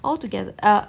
altogether